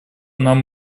нам